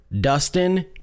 Dustin